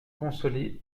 consoler